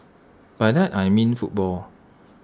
by that I mean football